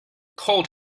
cold